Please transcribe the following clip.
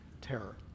terror